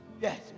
Yes